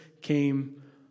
came